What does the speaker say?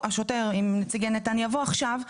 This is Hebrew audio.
אני אבוא עכשיו,